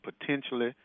potentially